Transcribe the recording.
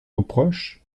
reproche